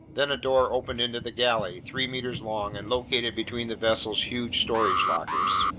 then a door opened into the galley, three meters long and located between the vessel's huge storage lockers.